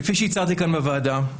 כפי שהצהרתי כאן בוועדה,